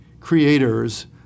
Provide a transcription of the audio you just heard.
creators